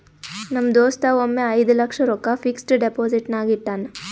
ನಮ್ ದೋಸ್ತ ಒಮ್ಮೆ ಐಯ್ದ ಲಕ್ಷ ರೊಕ್ಕಾ ಫಿಕ್ಸಡ್ ಡೆಪೋಸಿಟ್ನಾಗ್ ಇಟ್ಟಾನ್